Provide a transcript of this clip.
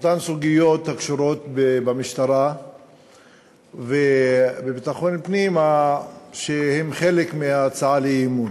אותן סוגיות הקשורות במשטרה ובביטחון הפנים שהן חלק מההצעה לאי-אמון.